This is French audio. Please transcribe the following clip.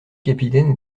capitaine